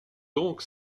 donc